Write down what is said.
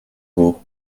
beau